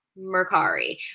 Mercari